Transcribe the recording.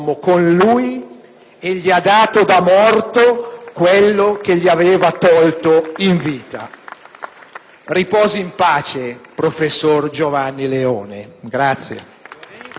gli ha dato da morto quello che gli aveva tolto in vita. Riposi in pace, professor Giovanni Leone!